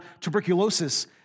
tuberculosis